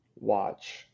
watch